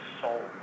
soul